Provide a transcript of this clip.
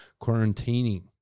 quarantining